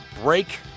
Break